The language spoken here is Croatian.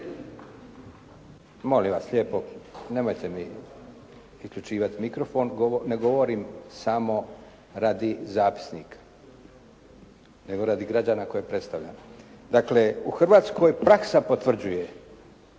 Hrvatskoj praksa potvrđuje